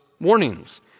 warnings